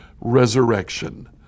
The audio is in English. resurrection